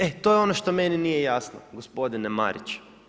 E to je ono što meni nije jasno, gospodine Marić.